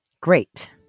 Great